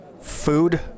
food